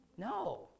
No